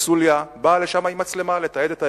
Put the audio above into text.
הקונסוליה, באה לשם עם מצלמה לתעד את האירוע,